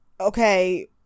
Okay